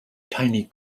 tiny